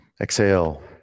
Exhale